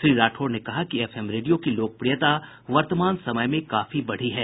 श्री राठौड़ ने कहा कि एफएम रेडियो की लोकप्रियता वर्तमान समय में काफी बढ़ी है